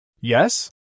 Yes